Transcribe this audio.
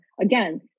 again